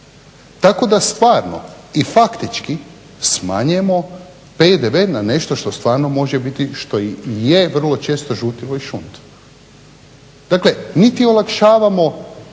Tako da stvarno i faktički smanjujemo PDV na nešto što stvarno može biti, što i je vrlo često žutilo i šund. Dakle, niti olakšavamo